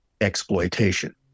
exploitation